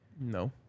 No